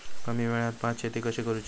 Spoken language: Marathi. कमी वेळात भात शेती कशी करुची?